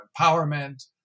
empowerment